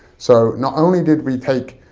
so not only did we take